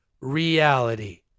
reality